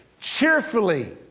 cheerfully